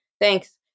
thanks